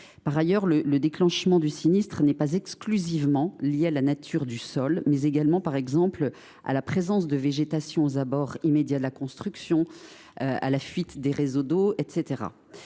Par ailleurs, le déclenchement du sinistre n’est pas exclusivement lié à la nature du sol. Il peut par exemple être causé par la présence de végétation aux abords immédiats de la construction ou la fuite de réseaux d’eau, qui